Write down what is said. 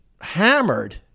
hammered